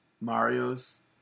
Mario's